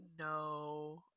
no